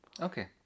Okay